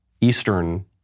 Eastern